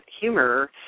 humor